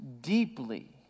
deeply